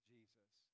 Jesus